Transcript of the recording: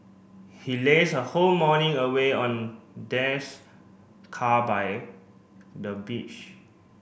he lazed her whole morning away on car by the beach